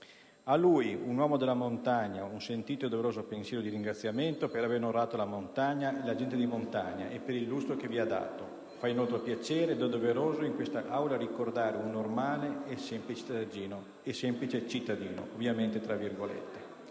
A lui, un uomo della montagna, un sentito e doveroso pensiero di ringraziamento per aver onorato la montagna e la gente di montagna e per il lustro che vi ha dato. Fa inoltre piacere ed è doveroso in questa Aula ricordare un normale e semplice cittadino.